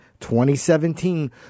2017